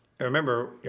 Remember